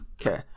Okay